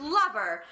lover